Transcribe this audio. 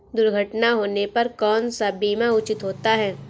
दुर्घटना होने पर कौन सा बीमा उचित होता है?